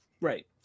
Right